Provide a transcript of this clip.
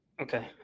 Okay